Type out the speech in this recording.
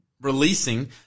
releasing